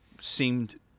seemed